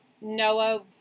Noah